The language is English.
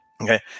Okay